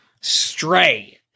stray